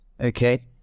okay